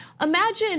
imagine